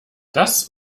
das